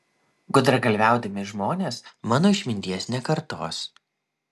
gudragalviaudami žmonės mano išminties nekartos